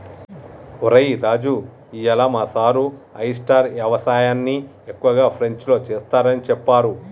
ఒరై రాజు ఇయ్యాల మా సారు ఆయిస్టార్ యవసాయన్ని ఎక్కువగా ఫ్రెంచ్లో సెస్తారని సెప్పారు